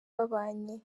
babanye